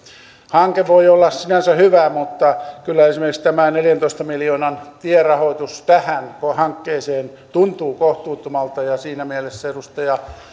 hanke voi olla sinänsä hyvä mutta kyllä esimerkiksi tämä neljäntoista miljoonan tierahoitus tähän hankkeeseen tuntuu kohtuuttomalta siinä mielessä edustaja